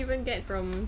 how did you even get from